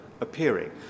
appearing